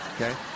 Okay